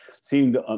seemed